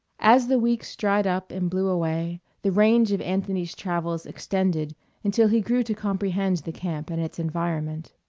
as the weeks dried up and blew away, the range of anthony's travels extended until he grew to comprehend the camp and its environment.